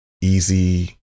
easy